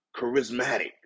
charismatic